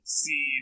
see